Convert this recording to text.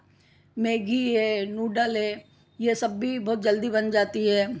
Maggi है noodle है यह सब भी बहुत जल्दी बन जाती है